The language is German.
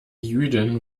jüdin